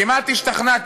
כמעט השתכנעתי,